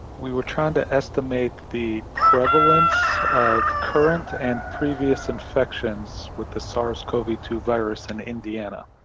we were trying to estimate the prevalence of current and previous infections with the sars cov two virus in indiana.